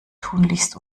tunlichst